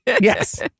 Yes